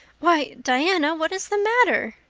why, diana, what is the matter?